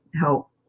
help